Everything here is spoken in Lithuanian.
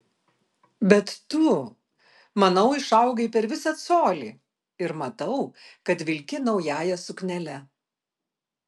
bet tu manau išaugai per visą colį ir matau kad vilki naująja suknele